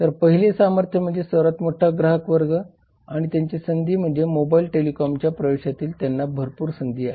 तर पहिल्या सामर्थ्य म्हणजे सर्वात मोठा ग्राहक वर्ग आणि त्यांची संधी म्हणजे मोबाईल टेलिकॉमच्या प्रवेशामध्ये त्यांना भरपूर संधी आहे